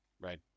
right